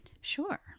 Sure